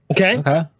Okay